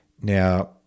Now